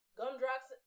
gumdrops